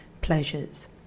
pleasures